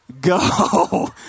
go